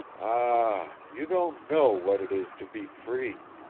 ah, you don't know what it is to be free!